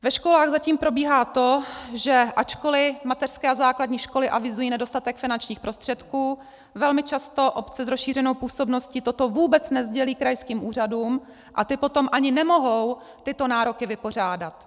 Ve školách zatím probíhá to, že ačkoli mateřské a základní školy avizují nedostatek finančních prostředků, velmi často obce s rozšířenou působností toto vůbec nesdělí krajským úřadům a ty potom ani nemohou tyto nároky vypořádat.